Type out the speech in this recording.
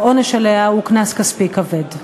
העונש עליה הוא קנס כספי כבד.